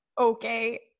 Okay